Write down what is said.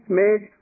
made